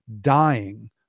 dying